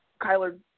Kyler